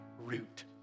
root